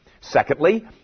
Secondly